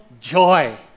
joy